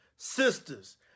Sisters